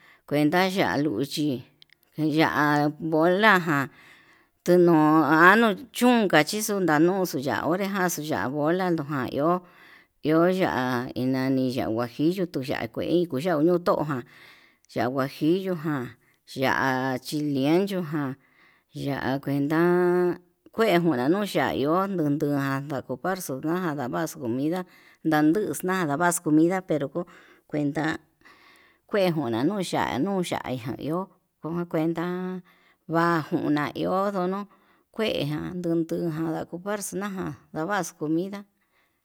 Kuenta ya'á luchi ya'á bola ján tenuu anu chunka chi xundanuxu ya'u orejan xuu ya'a bola noján iho iho ya'a hi nani ya'a huajillo tuu, ya'á kuei uu ya'a nuto'o ya'a huajillo ján ya'a chile ancho ján ya'a kuenta kue nuna ñuu ya'á, ya'á iho nunduján ndakukarxu nandavaxu comida nanduu exna navaxu comida pero ndoko kuenta kue juna nuu ya'a nuu ya'a ija iho kó kuenta vajuanai, iho ndono kuejan ndunduján ko'o fuerza na'a ndavax komia.